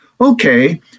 Okay